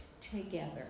together